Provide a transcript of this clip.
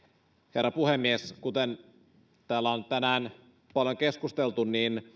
herra puhemies kuten täällä on tänään paljon keskusteltu